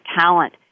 talent